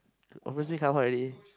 obviously can't find already